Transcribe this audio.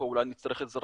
ופה אולי נצטרך את עזרתכם,